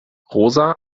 rosa